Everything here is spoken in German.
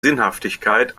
sinnhaftigkeit